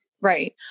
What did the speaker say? Right